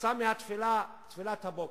יצא מתפילת הבוקר,